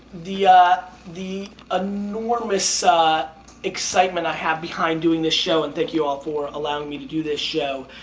the ah the ah enormous ah excitement i have behind doing this show and thank you all for allowing me to do this show,